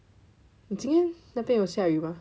你今天那边有下雨 mah